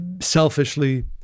selfishly